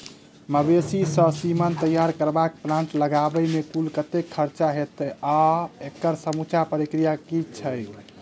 मवेसी केँ सीमन तैयार करबाक प्लांट लगाबै मे कुल कतेक खर्चा हएत आ एकड़ समूचा प्रक्रिया की छैक?